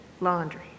laundry